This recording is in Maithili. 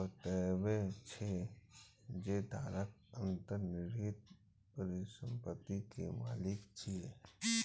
बतबै छै, जे धारक अंतर्निहित परिसंपत्ति के मालिक छियै